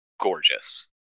gorgeous